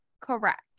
correct